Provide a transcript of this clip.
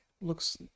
looks